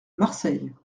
marseille